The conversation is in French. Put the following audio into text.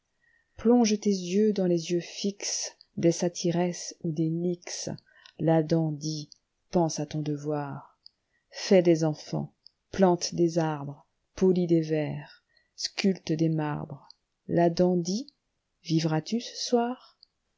plonge tes yeux dans les yeux fixes des satyresses ou des nixes la dent dit a pense à ton devoir fais des enfants plante des arbres polis des vers sculpte des marbres la dent dit vivras-tu ce soir